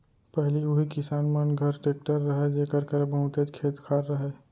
पहिली उही किसान मन घर टेक्टर रहय जेकर करा बहुतेच खेत खार रहय